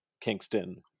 Kingston